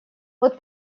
вот